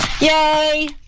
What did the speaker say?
Yay